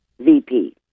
VP